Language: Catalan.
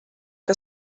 que